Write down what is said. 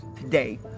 today